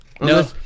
No